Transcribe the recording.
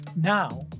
Now